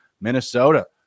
Minnesota